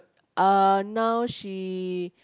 uh now she